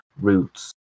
roots